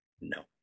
No